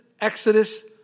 Exodus